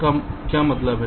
इसका क्या मतलब